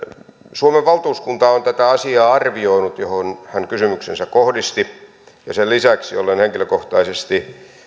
suomen valtuuskunta on tätä asiaa arvioinut mihin hän kysymyksensä kohdisti sen lisäksi olen henkilökohtaisesti